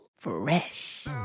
fresh